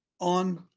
on